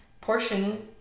portion